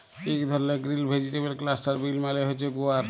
ইক ধরলের green vegetable cluster bean মালে হছে গুয়ার